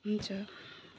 हुन्छ